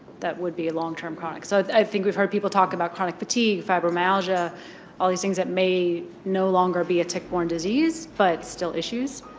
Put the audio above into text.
that would be long term chronic. so, i think we've heard people talk about chronic fatigue, fibromyalgia all these things that may no longer be a tick-borne disease, but still issues.